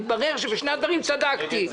התברר שבשני הדברים צדקתי.